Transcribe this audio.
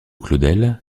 claudel